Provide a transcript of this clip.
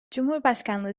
cumhurbaşkanlığı